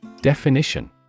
Definition